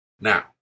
Now